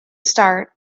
start